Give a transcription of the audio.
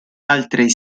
altri